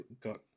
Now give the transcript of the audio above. got